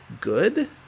good